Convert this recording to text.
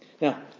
Now